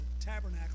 tabernacle